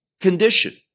condition